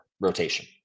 rotation